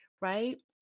right